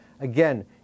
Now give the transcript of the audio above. Again